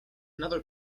another